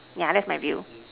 yeah that's my view